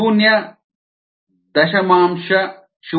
05 h 1 YxS 0